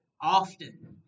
often